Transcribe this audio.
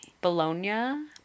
Bologna